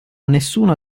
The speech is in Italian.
nessuna